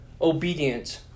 obedient